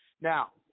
Now